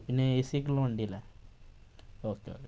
പിന്നെ എ സിയൊക്കെയുള്ള വണ്ടി അല്ലെ ഓക്കേ ഓക്കേ